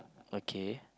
okay